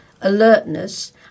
alertness